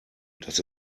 das